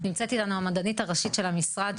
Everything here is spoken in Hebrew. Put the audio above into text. נמצאת איתנו גם המדענית הראית של המשרד,